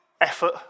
effort